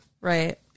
Right